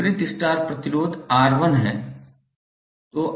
विपरीत स्टार प्रतिरोध R1 है